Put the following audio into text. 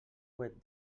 web